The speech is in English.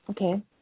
Okay